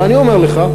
ואני אומר לך,